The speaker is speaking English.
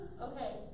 Okay